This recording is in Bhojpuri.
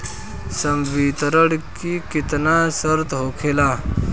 संवितरण के केतना शर्त होखेला?